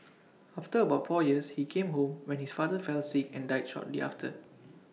after about four years he came home when his father fell sick and died shortly after